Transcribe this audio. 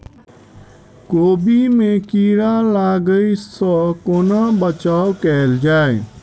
कोबी मे कीड़ा लागै सअ कोना बचाऊ कैल जाएँ?